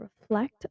reflect